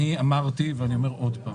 אמרתי ואני אומר שוב,